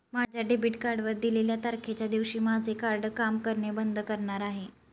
माझ्या डेबिट कार्डवर दिलेल्या तारखेच्या दिवशी माझे कार्ड काम करणे बंद करणार आहे